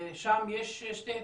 ושם יש שתי התייחסויות,